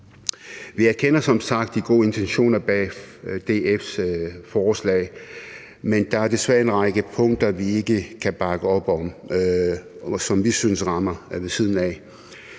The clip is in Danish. Vi erkender som sagt de gode intentioner bag DF's forslag, men der er desværre en række punkter, vi ikke kan bakke op om, og som vi synes rammer ved siden af.